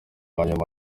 wanyuma